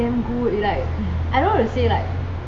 no but it's damn good like I don't how to saw like